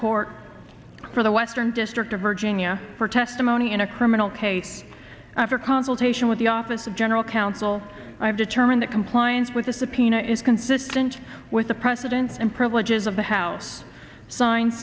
court for the western district of virginia for testimony in a criminal case after consultation with the office of general counsel i have determined that compliance with the subpoena is consistent with the president and privileges of the house signed